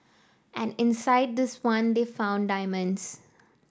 and inside this one they found diamonds